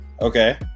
Okay